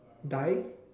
die